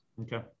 Okay